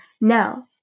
Now